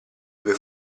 due